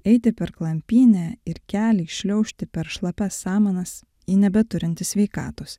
eiti per klampynę ir keliai šliaužti per šlapias samanas ji nebeturinti sveikatos